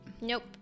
nope